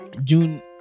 june